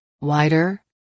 wider